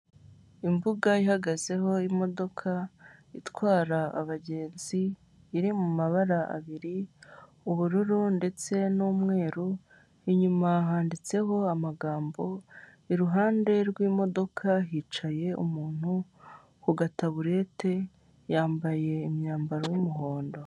Imbuga ihagazeho imodoka itwara abagenzi iri mumabara abiri, ubururu n'umweru inyuma handitseho amagambo, iruhande rw'imodoka hicaye umuntu kuga taburete, yambaye imyambaro y'umuhondo.